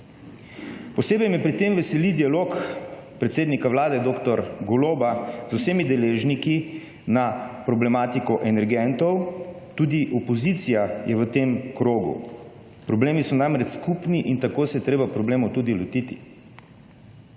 Posebej me pri tem veseli dialog predsednika vlade dr. Goloba z vsemi deležniki na problematiko energentov, tudi opozicija je v tem krogu. Problemi so namreč skupni in tako se je treba problemov tudi lotiti.